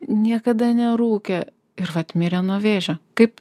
niekada nerūkė ir vat mirė nuo vėžio kaip